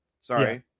Sorry